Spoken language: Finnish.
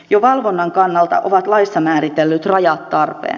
jo valvonnan kannalta ovat laissa määritellyt rajat tarpeen